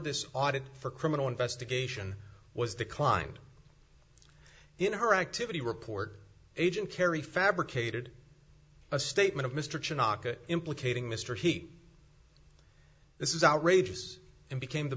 this audit for criminal investigation was declined in her activity report agent carey fabricated a statement of mr chin aka implicating mr he this is outrageous and became the